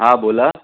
हां बोला